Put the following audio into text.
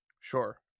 Sure